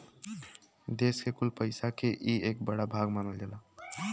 देस के कुल पइसा के ई एक बड़ा भाग मानल जाला